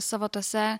savo tuose